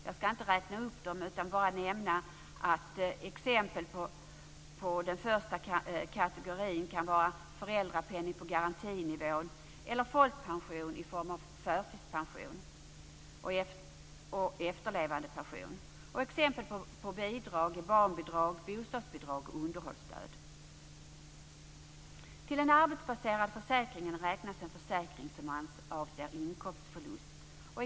Jag ska inte räkna upp alla dessa förmåner utan bara som exempel nämna att till den första kategorin kan föras föräldrapenning på garantinivå eller folkpension i form av förtidspension och efterlevandepension. Som exempel på bidrag kan nämnas barnbidrag, bostadsbidrag och underhållsstöd. Till den arbetsbaserade försäkringen räknas försäkringar som avser inkomstförlust.